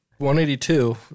182